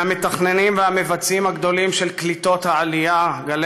מהמתכננים והמבצעים הגדולים של קליטות גלי